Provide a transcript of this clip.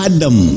Adam